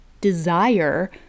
desire